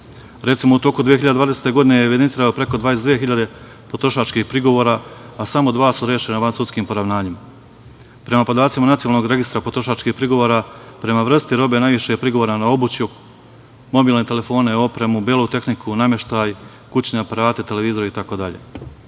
u toku 2020. godine je evidentirano preko 22 hiljade potrošačkih prigovora, a samo dva su rešena vansudskim poravnanjem. Prema podacima od Nacionalnog registra potrošačkih prigovora, prema vrsti robe najviše je prigovora na obuću, mobilne telefone, opremu, belu tehniku, nameštaj, kućne aparate, televizore